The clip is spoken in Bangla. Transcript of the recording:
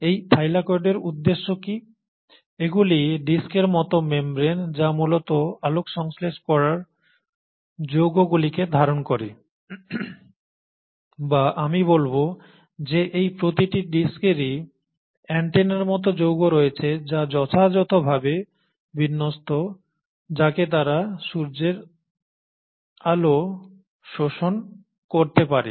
এই থাইলাকয়েডের উদ্দেশ্য কী এগুলি ডিস্কের মত মেমব্রেন যা মূলত আলোক সংশ্লেষ করার যৌগগুলিকে ধারণ করে বা আমি বলব যে এই প্রতিটি ডিস্কেরই অ্যান্টেনার মত যৌগ রয়েছে যা যথাযথ ভাবে বিন্যস্ত যাতে তারা সূর্যের আলো শোষণ করতে পারে